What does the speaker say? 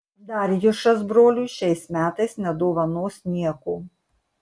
darjušas broliui šiais metais nedovanos nieko